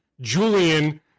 Julian